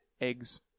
eggs